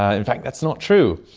ah in fact that's not true.